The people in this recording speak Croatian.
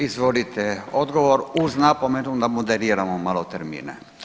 Izvolite odgovor uz napomenu da moderiramo malo termine.